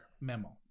Memo